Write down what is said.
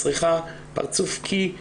פרצוף קיא,